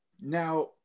now